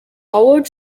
howard